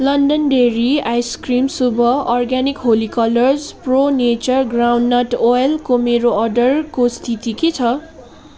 London dairy ice cream शुभ organic Holika colours pro nature groundnut ओइलको मेरो अर्डरको स्थिति के छ